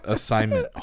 Assignment